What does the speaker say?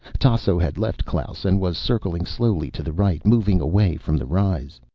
tasso had left klaus and was circling slowly to the right, moving away from the rise.